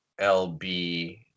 LB